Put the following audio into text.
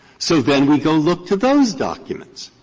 so then we go look to those documents,